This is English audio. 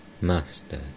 Master